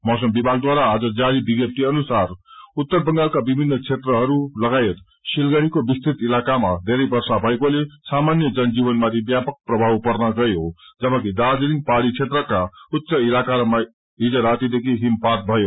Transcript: मौसम विभागद्वारा आज जारी विज्ञप्ति अनुसार उत्तर बंगालका विभिन्न क्षेत्रहरू लागायत सिलगड़ीाके विस्तृत इलकामा धेरै वर्षा भएकोले सामाान्य जनजीवनमाथि व्यापक प्रभाव पने गयो जबकि दार्जीलिङ पहाड़ी क्षेत्रका उच्च इलाकाहरूमा हिज रातिदेखि हिमपात हिमपात भयो